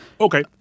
Okay